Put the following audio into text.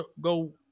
go